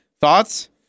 Thoughts